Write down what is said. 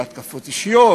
להתקפות אישיות,